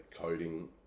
coding